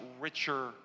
richer